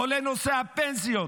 עולה נושא הפנסיות,